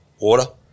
water